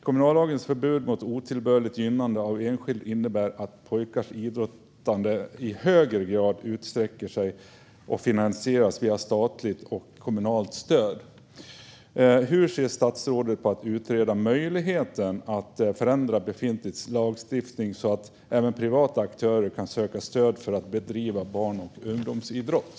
Kommunallagens förbud mot otillbörligt gynnande av enskild innebär att pojkars idrottande i högre grad finansieras via statligt och kommunalt stöd. Hur ser statsrådet på att utreda möjligheten att förändra befintlig lagstiftning så att även privata aktörer kan söka stöd för att bedriva barn och ungdomsidrott?